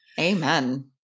amen